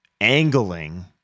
angling